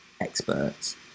experts